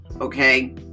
okay